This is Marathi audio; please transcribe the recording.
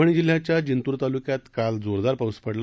परभणी जिल्ह्याच्या जिंतूर तालुक्यात काल जोरदार पाऊस पडला